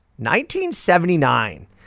1979